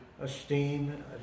esteem